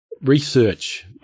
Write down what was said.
Research